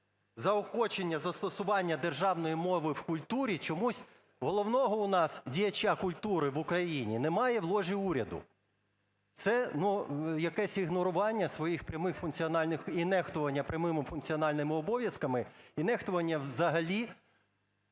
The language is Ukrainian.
заохочення застосування державної мови в культурі, чомусь головного у нас діяча культури в Україні немає в ложі уряду. Це, ну, якесь ігнорування своїх прямих функціональних і нехтування прямими функціональними обов'язками, і нехтування взагалі